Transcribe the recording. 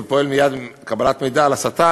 ופועל מייד עם קבלת מידע על הסתה,